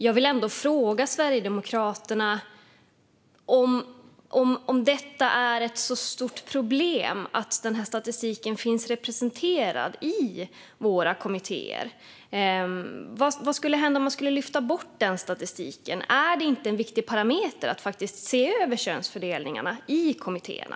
Jag vill ändå fråga Sverigedemokraterna om det är ett så stort problem att denna statistik finns representerad i våra kommittéer. Vad skulle hända om man skulle lyfta bort denna statistik? Är det inte en viktig parameter att faktiskt se över könsfördelningen i kommittéerna?